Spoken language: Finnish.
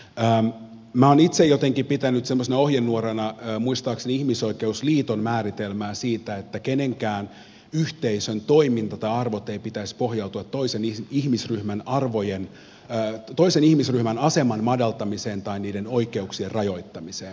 minä olen itse pitänyt jotenkin semmoisena ohjenuorana muistaakseni ihmisoikeusliiton määritelmää siitä että minkään yhteisön toiminnan tai arvojen ei pitäisi pohjautua toisen ihmisryhmän aseman madaltamiseen tai oikeuksien rajoittamiseen